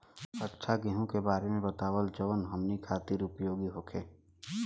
अच्छा गेहूँ के बारे में बतावल जाजवन हमनी ख़ातिर उपयोगी होखे?